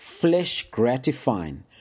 flesh-gratifying